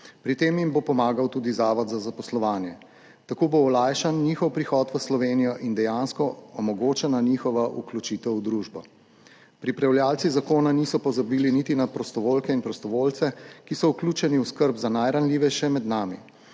Pri tem jim bo pomagal tudi Zavod za zaposlovanje. Tako bo olajšan njihov prihod v Slovenijo in dejansko omogočena njihova vključitev v družbo. Pripravljavci zakona niso pozabili niti na prostovoljke in prostovoljce, ki so vključeni v skrb za najranljivejše med nami,